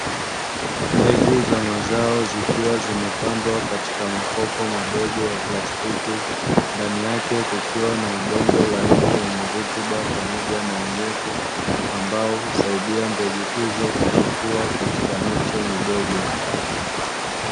Mbegu za mazao zikiwa zimepandwa katika makopo madogo ya plastiki, ndani yake kukiwa na udongo laini wenye rutuba pamoja na unyevu, ambao husaidia mbegu hizo kuchipua katika miche midogo.